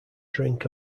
drink